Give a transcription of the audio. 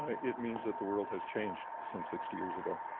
it means that the world has changed since sixty years ago.